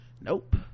Nope